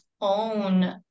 own